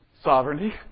Sovereignty